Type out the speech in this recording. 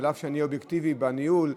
אף שאני אובייקטיבי בניהול,